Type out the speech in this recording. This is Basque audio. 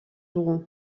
dugu